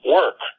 work